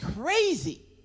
crazy